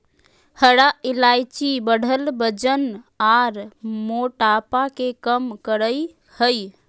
हरा इलायची बढ़ल वजन आर मोटापा के कम करई हई